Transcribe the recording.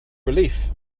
relief